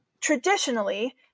traditionally